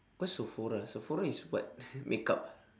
what's Sephora Sephora is what makeup ah